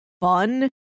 fun